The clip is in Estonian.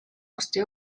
arsti